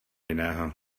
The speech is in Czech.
jiného